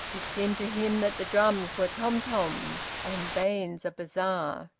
it seemed to him that the drums were tom-toms, and baines's a bazaar.